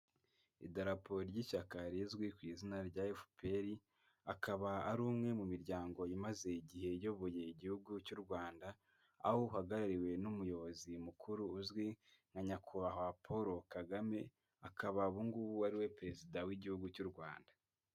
Idarapo ry'ishyaka rizwi ku izina rya FPR akaba ari umwe mu miryango imaze igihe ayoboye igihugu cy'u Rwanda, aho uhagarariwe n'umuyobozi mukuru uzwi nka nyakubahwa Paul Kagame, akaba ubu ngubu ari we perezida w'igihugu cy'u Rwanda.